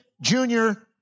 junior